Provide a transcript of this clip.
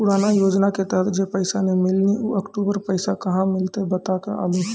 पुराना योजना के तहत जे पैसा नै मिलनी ऊ अक्टूबर पैसा कहां से मिलते बता सके आलू हो?